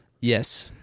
Yes